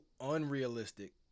unrealistic